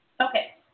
Okay